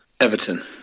everton